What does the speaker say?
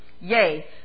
Yea